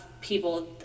people